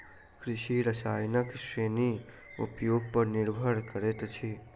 कृषि रसायनक श्रेणी उपयोग पर निर्भर करैत अछि